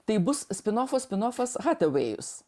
tai bus spinofas spinofas hatavėjus